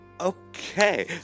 Okay